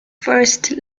first